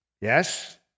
yes